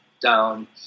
down